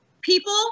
People